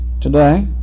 today